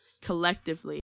Collectively